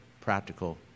practical